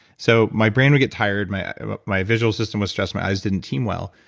so my brain would get tired, my my visual system was stressed, my eyes didn't team well.